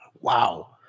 Wow